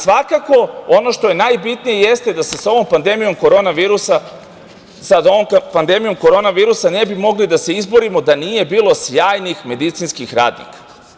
Svakako, ono što je najbitnije jeste da se sa ovom pandemijom koronavirusa ne bi mogli da se izborimo da nije bilo sjajnih medicinskih radnika.